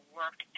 work